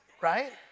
right